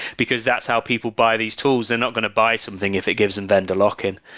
because that's how people buy these tools. they're not going to buy something if it gives in vendor lock in.